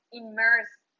immersed